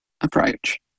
approach